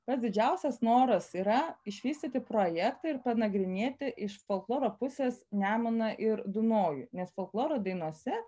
pats didžiausias noras yra išvystyti projektą ir panagrinėti iš folkloro pusės nemuną ir dunojų nes folkloro dainose